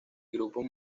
grupos